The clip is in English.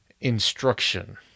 instruction